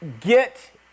get